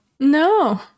No